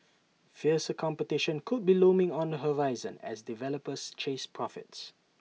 fiercer competition could be looming on the horizon as developers chase profits